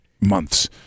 months